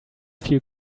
feel